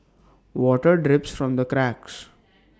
water drips from the cracks